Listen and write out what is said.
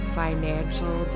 financial